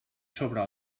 sobre